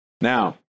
Now